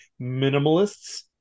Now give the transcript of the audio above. minimalists